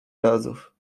razów